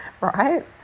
Right